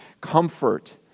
comfort